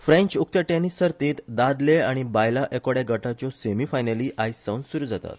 फ्रेन्च उक्ते टेनिस सर्तींत दादले आनी बायलां एकोड्या गटाच्यो सेमी फायनली आयजसावन सुरु जातात